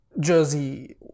jersey